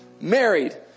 Married